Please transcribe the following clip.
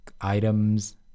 items